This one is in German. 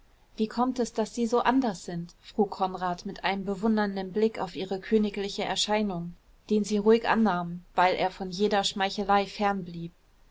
wie kommt es daß sie so anders sind frug konrad mit einem bewundernden blick auf ihre königliche erscheinung den sie ruhig annahm weil er von jeder schmeichelei